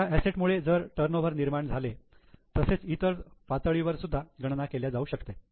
एका असेट मुळे जसे टर्नओवर निर्माण झाले तसेच इतर पातळींवर सुद्धा गणना केल्या जाऊ शकते